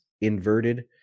inverted